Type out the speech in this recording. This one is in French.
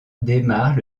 démarre